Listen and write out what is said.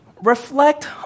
Reflect